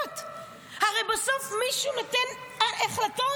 תמשיכו לקרוא "מכונת רעל" ולהתעלם מהעובדות.